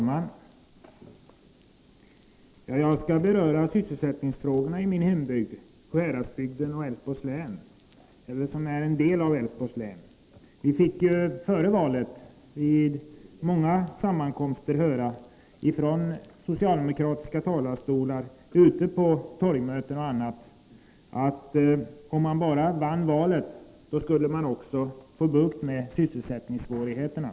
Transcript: Herr talman! Jag skall beröra sysselsättningsfrågorna i min hembygd, Sjuhäradsbygden, som är en del av Älvsborgs län. Vi fick ju före valet vid många sammankomster höra från socialdemokratiska talarstolar, ute på torgmöten och i andra sammanhang, att om socialdemokraterna bara vann valet skulle de också få bukt med sysselsättningssvårigheterna.